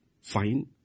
Fine